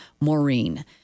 Maureen